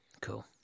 Cool